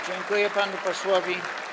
Dziękuję panu posłowi.